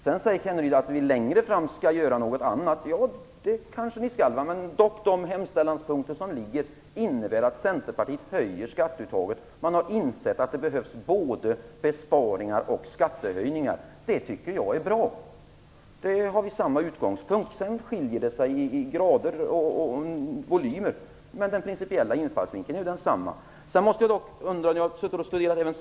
Rolf Kenneryd säger sedan att man senare skall göra något annat, och det kanske vi skall, men de hemställningar som har gjorts innebär att Centerpartiet vill höja skatteuttaget. Man har insett att det behövs både besparingar och skattehöjningar, och det tycker jag är bra. Förslagen skiljer sig i grader och volymer, men vi har samma principiella infallsvinkel. Jag har en fråga även i anslutning till Centerns förslag.